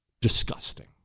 Disgusting